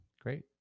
Great